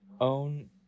Own